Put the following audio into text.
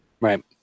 right